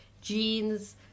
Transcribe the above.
jeans